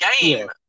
game